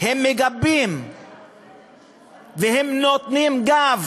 מגבות ונותנות גב